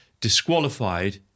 disqualified